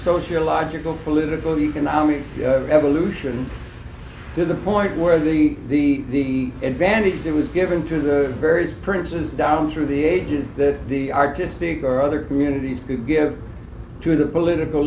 sociological political economic evolution to the point where the advantage that was given to the various princes down through the ages that the artistic or other communities could give to the political